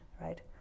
right